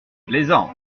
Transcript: plaisant